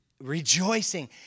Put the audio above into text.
rejoicing